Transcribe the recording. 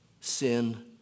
Sin